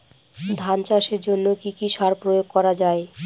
ধান চাষের জন্য কি কি সার প্রয়োগ করা য়ায়?